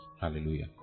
Hallelujah